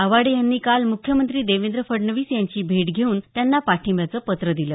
आवाडे यांनी काल मुख्यमंत्री देवेंद्र फडणवीस यांची भेट घेऊन त्यांना पाठिंब्याचं पत्र दिलं